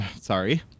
Sorry